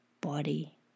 body